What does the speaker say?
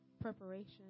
preparation